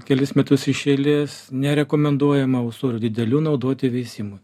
kelis metus iš eilės nerekomenduojama ūsorių didelių naudoti veisimui